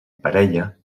parella